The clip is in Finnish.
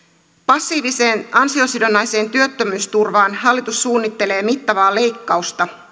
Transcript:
passiiviseen ansiosidonnaiseen työttömyysturvaan hallitus suunnittelee mittavaa leik kausta